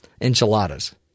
enchiladas